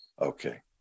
okay